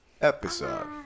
episode